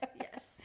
Yes